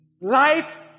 Life